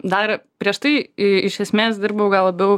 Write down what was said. dar prieš tai i iš esmės dirbau gal labiau